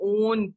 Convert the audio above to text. own